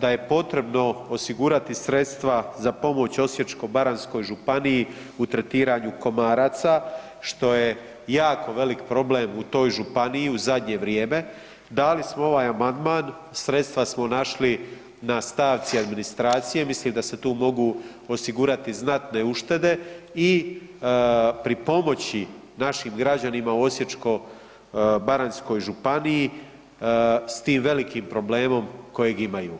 da je potrebno osigurati sredstva za pomoć Osječko-baranjskoj županiji u tretiranju komaraca, što je jako velik problem u toj županiji u zadnje vrijeme, dali smo ovaj amandman, sredstva smo našli na stavci administracije, mislim da se tu mogu osigurati znatne uštede i pripomoći našim građanima u Osječko-baranjskoj županiji s tim velikim problemom kojeg imaju.